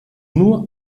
nur